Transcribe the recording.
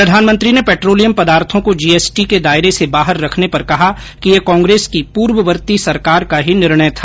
प्रधानमंत्री ने पेंट्रोलियम पदार्थो को जीएसटी के दायरे से बाहर रखने पर कहा कि यह कांग्रेस की पूर्ववर्ती सरकार का ही निर्णय था